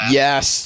yes